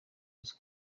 yesu